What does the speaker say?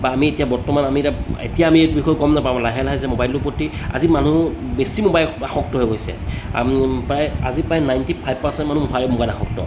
বা আমি এতিয়া বৰ্তমান আমি এতিয়া এতিয়া আমি বিষয়ে গম নাপাওঁ লাহে লাহে যে মোবাইলটোৰ প্ৰতি আজি মানুহ বেছি মোবাইল আসক্ত হৈ গৈছে প্ৰায় আজি প্ৰায় নাইণ্টি ফাইভ পাৰ্চেণ্ট মানুহে মোবাইল আসক্ত